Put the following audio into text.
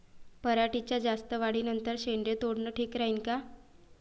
पराटीच्या जास्त वाढी नंतर शेंडे तोडनं ठीक राहीन का?